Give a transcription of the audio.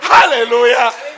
Hallelujah